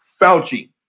Fauci